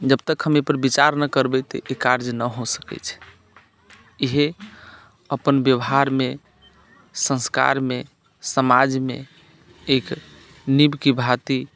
जब तक हम एहि पर विचार न करबै तऽ ई कार्य न हो सकैत छै इएह अपन व्यवहारमे संस्कारमे समाजमे एक नीँव की भाँति